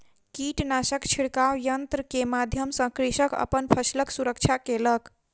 कीटनाशक छिड़काव यन्त्र के माध्यम सॅ कृषक अपन फसिलक सुरक्षा केलक